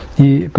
the but